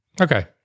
okay